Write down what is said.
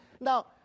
Now